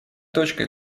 точкой